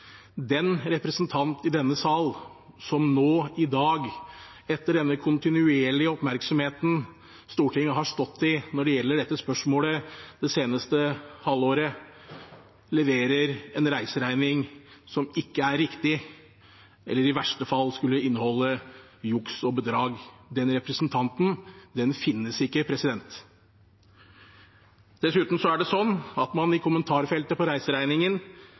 den representant i denne sal som nå i dag, etter den kontinuerlige oppmerksomheten Stortinget har stått i når det gjelder dette spørsmålet det seneste halvåret, leverer en reiseregning som ikke er riktig, eller i verste fall skulle inneholde juks og bedrag. Den representanten finnes ikke. Dessuten er det sånn at man i kommentarfeltet på reiseregningen